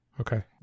Okay